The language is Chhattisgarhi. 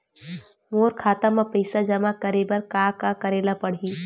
मोर खाता म पईसा जमा करे बर का का करे ल पड़हि?